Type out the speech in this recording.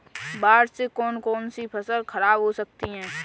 बाढ़ से कौन कौन सी फसल खराब हो जाती है?